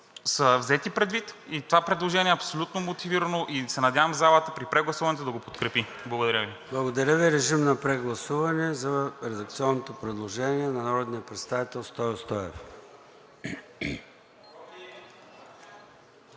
са взети предвид и това предложение е абсолютно мотивирано и се надявам залата при прегласуването да го подкрепи. Благодаря Ви. ПРЕДСЕДАТЕЛ ЙОРДАН ЦОНЕВ: Благодаря Ви. Режим на прегласуване за редакционното предложение на народния представител Стою Стоев.